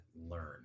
learn